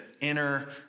inner